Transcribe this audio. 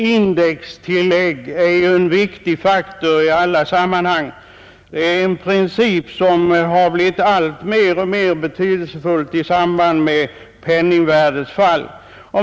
Indextillägg är ju en viktig faktor i alla sammanhang, och den har blivit alltmer betydelsefull i samband med penningvärdets fall.